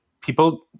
people